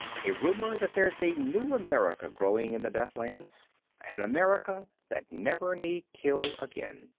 a rumor that there's a new america growing in the deathlands an america that never need kill again.